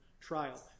trial